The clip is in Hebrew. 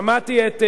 מספיק.